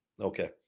Okay